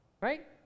right